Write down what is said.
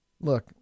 look